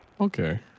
Okay